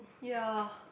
ya